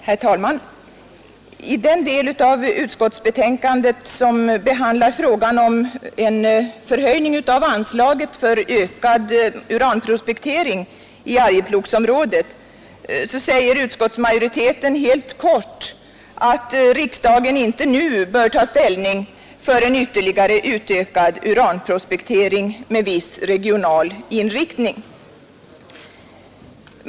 Herr talman! I den del av utskottsbetänkandet som behandlar frågan om en förhöjning av anslaget för utökad uranprospektering i Arjeplogsområdet säger utskottsmajoriteten helt kort, att riksdagen inte nu bör ta ställning för en ytterligare utökad uranprospektering med viss regional inriktning.